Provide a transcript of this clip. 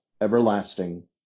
everlasting